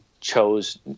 chose